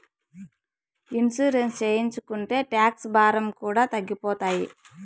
insurance చేయించుకుంటే tax భారం కూడా తగ్గిపోతాయి